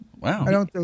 Wow